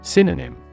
Synonym